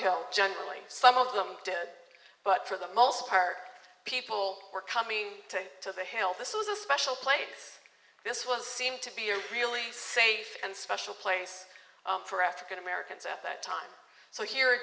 hill generally some of them did but for the most part people were coming to the hill this was a special place this was seemed to be a really safe and special place for african americans at that time so here